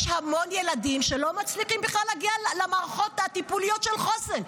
יש המון ילדים שלא מצליחים בכלל להגיע למערכות הטיפוליות של חוסן.